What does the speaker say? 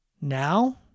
now